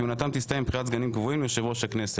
כהונתם תסתיים עם בחירת סגנים קובעים ליושב-ראש הכנסת.